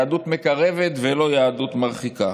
יהדות מקרבת ולא יהדות מרחיקה.